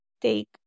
take